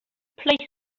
places